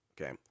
Okay